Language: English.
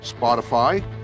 Spotify